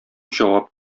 җавап